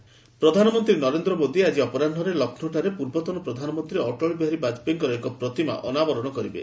Vajpayee statue ପ୍ରଧାନମନ୍ତ୍ରୀ ନରେନ୍ଦ୍ର ମୋଦି ଆଜି ଅପରାହ୍ୱରେ ଲକ୍ଷ୍ନୌଠାରେ ପୂର୍ବତନ ପ୍ରଧାନମନ୍ତ୍ରୀ ଅଟଳ ବିହାରୀ ବାଜପେୟୀଙ୍କ ଏକ ପ୍ରତିମା ଅନାବରଣ କରିବେ